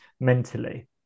mentally